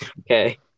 Okay